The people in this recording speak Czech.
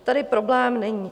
Tady problém není.